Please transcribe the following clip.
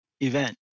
event